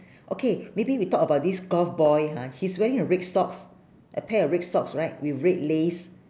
okay maybe we talk about this golf boy ha he's wearing a red socks a pair of red socks right with red lace